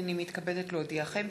הנני מתכבדת להודיעכם,